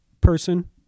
person